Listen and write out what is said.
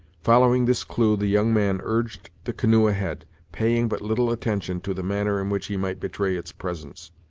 following this clue, the young man urged the canoe ahead, paying but little attention to the manner in which he might betray its presence.